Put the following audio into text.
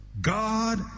God